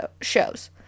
shows